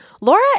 Laura